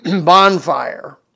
bonfire